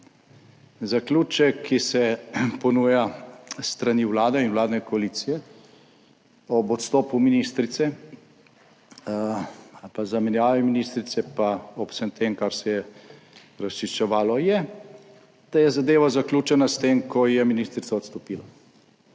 Zaključek, ki se ponuja s strani Vlade in vladne koalicije ob odstopu ministrice ali pa zamenjavi ministrice, pa ob vsem tem, kar se je razčiščevalo je, da je zadeva zaključena s tem, ko je ministrica odstopila.